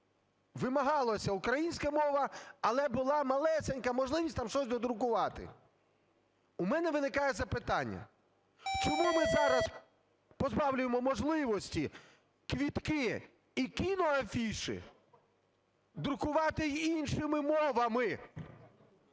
вимагалося – українська мова, але була малесенька можливість там щось додрукувати. У мене виникає запитання. Чому ми зараз позбавляємо можливості квітки і кіноафіші друкувати іншими мовами?